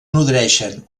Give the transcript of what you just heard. nodreixen